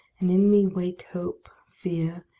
and in me wake hope, fear,